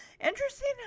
Interesting